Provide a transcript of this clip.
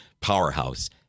powerhouse